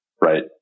right